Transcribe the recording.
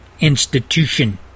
institution